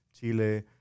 Chile